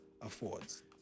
affords